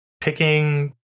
picking